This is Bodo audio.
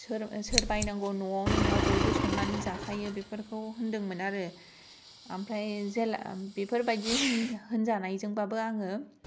सोर सोर बायनांगौ न'आवनो न'आव बयबो सोंनानोय जाखायो बेफोरखौ होनदोंमोन आरो आम्फ्राय जेला बेफोर बायदि होनजानायजों बाबो आङो